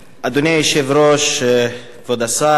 אדוני היושב-ראש, כבוד השר,